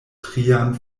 trian